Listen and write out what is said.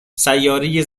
سیاره